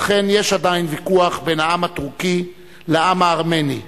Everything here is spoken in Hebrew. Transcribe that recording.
אכן יש עדיין ויכוח בין העם הטורקי לעם הארמני,